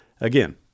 Again